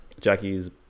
Jackie's